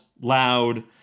loud